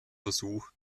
versuch